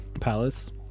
Palace